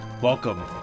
Welcome